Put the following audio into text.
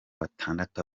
batandatu